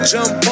Jump